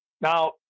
Now